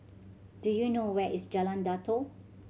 do you know where is Jalan Datoh